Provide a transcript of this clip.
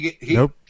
Nope